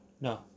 No